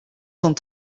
cent